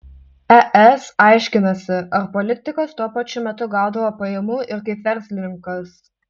es aiškinasi ar politikas tuo pačiu metu gaudavo pajamų ir kaip verslininkas